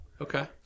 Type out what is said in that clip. Okay